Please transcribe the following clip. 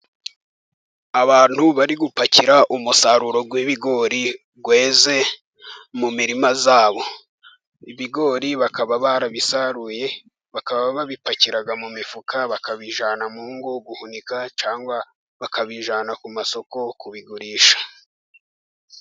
Abantu bari gupakira umusaruro w'ibigori weze mu mirima yabo. Ibigori bakaba barabisaruye bakaba babipakira mu mifuka bakabijyana mu ngo guhunika cyangwa bakabijyana ku masoko kubigurisha.